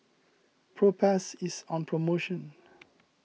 Propass is on promotion